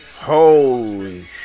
holy